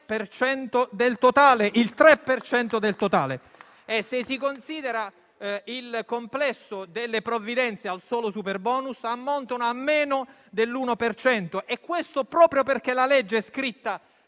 Se si considera il complesso delle provvidenze al solo superbonus ammontano a meno dell'1 per cento. E questo proprio perché la legge è scritta